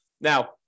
Now